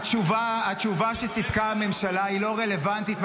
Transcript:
התשובה שסיפקה הממשלה לא רלוונטית,